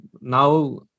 now